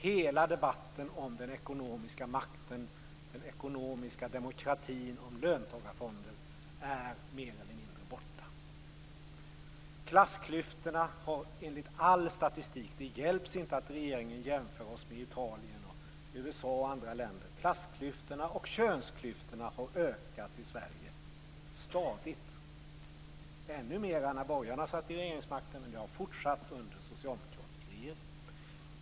Hela debatten om den ekonomiska makten, den ekonomiska demokratin och löntagarfonderna är mer eller mindre borta. Klass och könsklyftorna har enligt all statistik - det hjälps inte att regeringen jämför oss med Italien, USA och andra länder - stadigt ökat i Sverige. De ökade ännu mer när borgarna satt vid regeringsmakten, men det har fortsatt under socialdemokratisk regering.